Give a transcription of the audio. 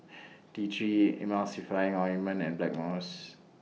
T three Emulsying Ointment and Blackmores